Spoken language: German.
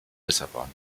lissabon